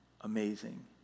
amazing